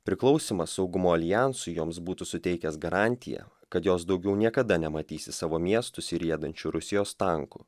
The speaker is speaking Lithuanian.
priklausymas saugumo aljansui joms būtų suteikęs garantiją kad jos daugiau niekada nematys į savo miestus įriedančių rusijos tankų